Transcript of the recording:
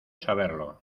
saberlo